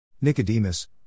Nicodemus